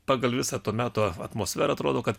pagal visą to meto atmosferą atrodo kad